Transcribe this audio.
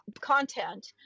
content